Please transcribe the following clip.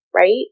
right